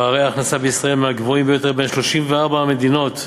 פערי ההכנסה בישראל הם בין הגבוהים ביותר ב-34 המדינות בארגון.